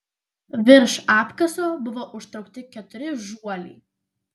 virš apkaso buvo užtraukti keturi žuoliai